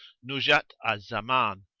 nuzhat al zaman,